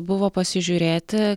buvo pasižiūrėti